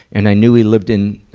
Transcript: and i knew he lived in,